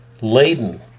laden